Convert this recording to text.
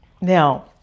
Now